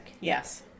Yes